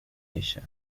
ella